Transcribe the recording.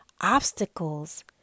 obstacles